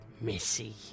missy